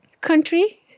country